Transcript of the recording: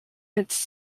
its